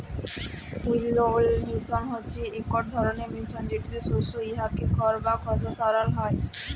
উইলউইং মিশিল হছে ইকট ধরলের মিশিল যেটতে শস্য থ্যাইকে খড় বা খসা সরাল হ্যয়